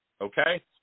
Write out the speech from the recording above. okay